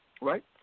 right